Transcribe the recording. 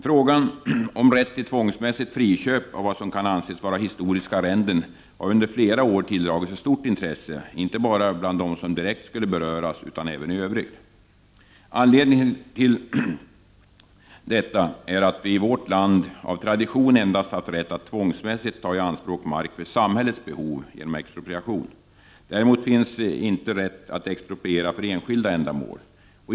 Frågan om rätt till tvångsmässigt friköp av vad som kan anses vara historiska arrenden har under flera år tilldragit sig stort intresse inte bara bland dem som direkt skulle beröras utan även i övrigt. Anledningen till detta är att vi i vårt land av tradition endast har haft rätt att tvångsmässigt ta i anspråk mark för samhällets behov genom expropriation. Däremot finns inte rätten att expropriera för enskilda ändamål.